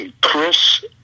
Chris